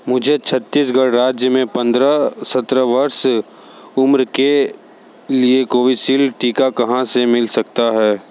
मुझे छत्तीसगढ़ राज्य में पंद्रह सत्रह वर्ष उम्र के लिए कोविसिल्ड टीका कहाँ से मिल सकता है